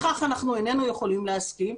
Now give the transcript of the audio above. לכך אנחנו איננו יכולים להסכים.